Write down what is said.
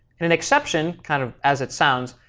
and an exception kind of, as it sounds,